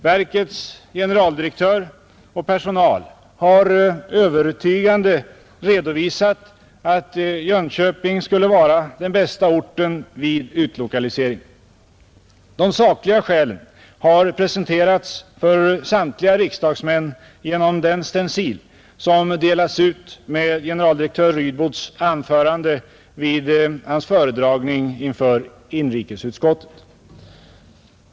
Verkets generaldirektör och personal har övertygande redovisat att Jönköping skulle vara den bästa orten vid en utlokalisering. De sakliga skälen har presenterats för samtliga riksdagsmän genom den stencil som delats ut tillsammans med generaldirektör Rydbos anförande vid hans föredragning inför inrikesutskottet.